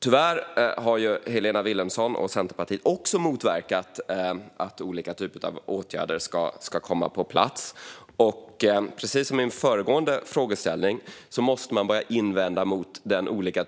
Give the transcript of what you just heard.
Tyvärr har Helena Vilhelmsson och Centerpartiet också motverkat att olika typer av åtgärder ska komma på plats. Precis som i min föregående frågeställning måste man börja invända mot de olika